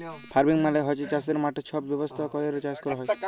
farming মালে হছে চাষের মাঠে ছব ব্যবস্থা ক্যইরে চাষ ক্যরা